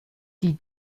die